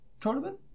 tournament